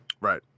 right